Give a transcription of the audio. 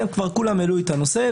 כולם העלו את הנושא,